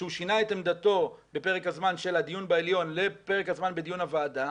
שהוא שינה את עמדתו בפרק הזמן מהדיון בעליון לפרק הזמן בדיון הוועדה,